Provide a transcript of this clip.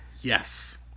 Yes